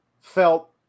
felt